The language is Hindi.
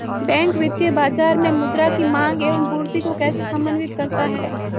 बैंक वित्तीय बाजार में मुद्रा की माँग एवं पूर्ति को कैसे समन्वित करता है?